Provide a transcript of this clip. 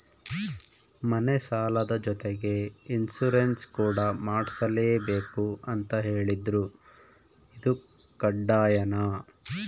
ಮನೆ ಸಾಲದ ಜೊತೆಗೆ ಇನ್ಸುರೆನ್ಸ್ ಕೂಡ ಮಾಡ್ಸಲೇಬೇಕು ಅಂತ ಹೇಳಿದ್ರು ಇದು ಕಡ್ಡಾಯನಾ?